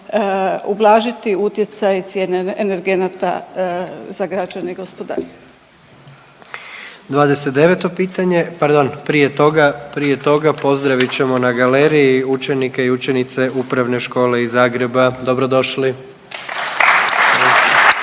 ublažiti utjecaj cijene energenata za građane i gospodarstvo. **Jandroković, Gordan (HDZ)** 29. pitanje, pardon prije toga, prije toga pozdravit ćemo na galeriji učenike i učenice Upravne škole iz Zagreba. Dobrodošli.